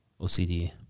OCD